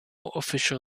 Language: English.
official